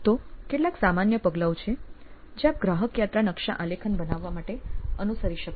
તો કેટલાક સામાન્ય પગલાઓ છે જે આપ ગ્રાહક યાત્રા નકશા આલેખન બનાવવા માટે અનુસરી શકો છો